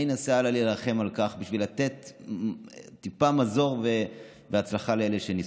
אני אנסה להילחם על כך בשביל לתת טיפה מזור והצלחה לאלה שניסו.